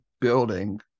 building